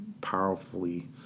powerfully